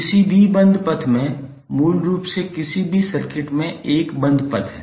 किसी भी बंद पथ में मूल रूप से किसी भी सर्किट में एक बंद पथ है